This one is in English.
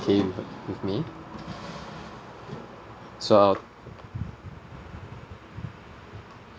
K with me so